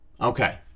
Okay